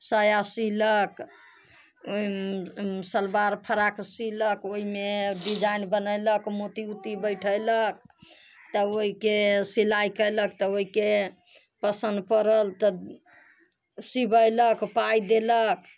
साया सिलक सलवार फराक सिलक ओइमे डिजाइन बनैलक मोती उती बैठैलक तऽ ओइके सिलाइ कयलक तऽ ओइके पसन्द पड़ल तऽ सिबेलक पाइ देलक